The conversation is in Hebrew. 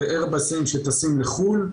וכאלה שטסים לחו"ל,